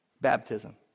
baptism